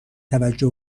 توجه